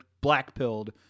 black-pilled